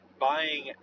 buying